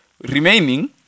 remaining